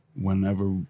Whenever